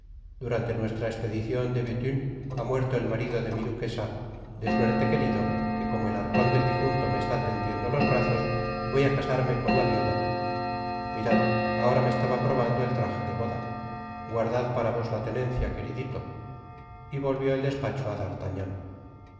durante nuestra espedicion de bethune ha muerto el marido de mi duquesa de suerte querido que como el arcon del difunto me está tendiendo los brazos voy á casarme con la viuda mirad ahora me estaba probando el traje de boda guardad para vosla tenencia queridito y volvió el despacho á d'artagnan